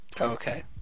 Okay